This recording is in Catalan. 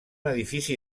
edifici